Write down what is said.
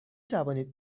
توانید